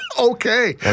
Okay